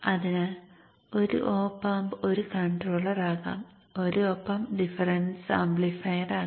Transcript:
അതിനാൽ ഒരു OpAmp ഒരു കൺട്രോളർ ആകാം ഒരു OpAmp ഒരു ഡിഫറൻസ് ആംപ്ലിഫയർ ആകാം